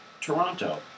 Toronto